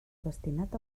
destinat